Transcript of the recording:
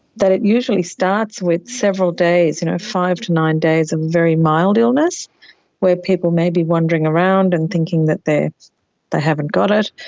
that it usually starts with several days, five to nine days of very mild illness where people may be wandering around and thinking that they they haven't got it,